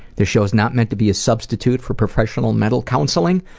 this show is not meant to be a substitute for professional mental counseling.